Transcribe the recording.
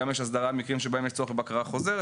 גם יש הסדרת מקרים שבהם יש צורך בבקרה חוזרת,